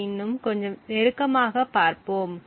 இதை இன்னும் கொஞ்சம் நெருக்கமாகப் பார்ப்போம்